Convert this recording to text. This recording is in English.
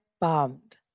bombed